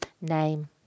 name